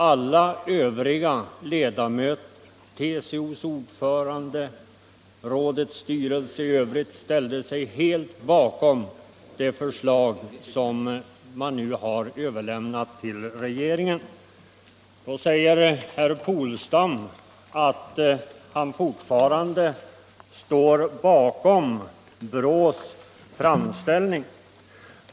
Alla övriga ledamöter - TCO:s ordförande, rådets styrelse i övrigt — ställde sig helt bakom det förslag som man nu har överlämnat till regeringen. Herr Polstam säger att han fortfarande står bakom BRÅ:s framställning.